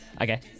Okay